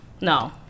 No